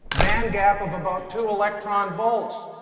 band gap of about two electron volts.